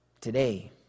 Today